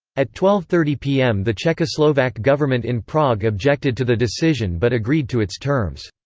at twelve thirty pm the czechoslovak government in prague objected to the decision but agreed to its terms.